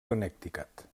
connecticut